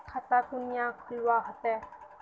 खाता कुनियाँ खोलवा होते?